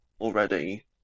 already